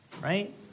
right